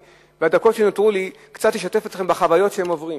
בדקות שנותרו לי אשתף אתכם קצת בחוויות שהם עוברים.